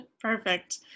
Perfect